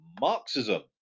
Marxism